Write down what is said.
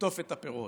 ולקטוף את הפירות.